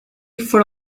for